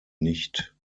nicht